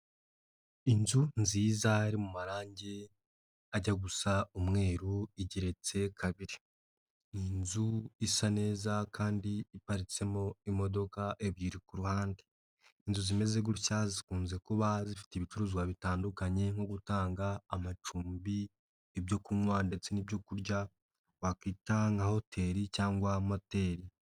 Inzu nziza iri mu marangi ajya gusa umweru igeretse kabiri, ni inzu isa neza kandi iparitsemo imodoka ebyiri ku ruhande, inzu zimeze gutya zikunze kuba zifite ibicuruzwa bitandukanye nko gutanga amacumbi, ibyo kunywa ndetse n'ibyo kurya twakwita nka hoteli cyangwa moteri.